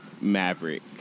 Maverick